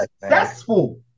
successful